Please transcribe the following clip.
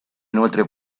inoltre